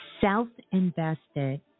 Self-invested